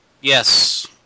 Yes